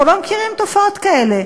אנחנו לא מכירים תופעות כאלה.